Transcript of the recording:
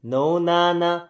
Nonana